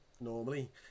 normally